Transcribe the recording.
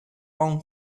own